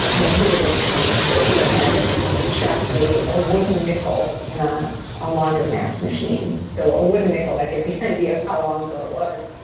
and when he was a teen i and believe had stuffed a a wooden nickel in a a laundromat machine. so a wooden nickel, that gives you an idea of how long ago it was.